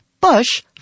Bush